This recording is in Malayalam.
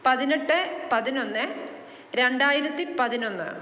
പതിനെട്ട് പതിനൊന്ന് രണ്ടായിരത്തി പതിനൊന്ന്